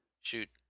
Shoot